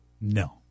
No